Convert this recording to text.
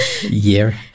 Year